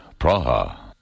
Praha